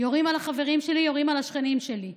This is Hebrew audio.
יורים על החברים שלי, יורים על השכנים שלי.